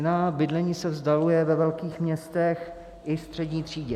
Cena bydlení se vzdaluje ve velkých městech i střední třídě.